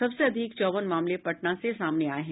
सबसे अधिक चौवन मामले पटना से सामने आये हैं